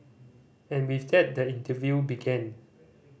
and with that the interview began